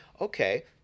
okay